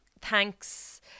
thanks